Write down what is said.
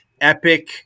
epic